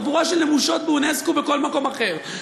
חבורה של נמושות באונסק"ו ובכל מקום אחר,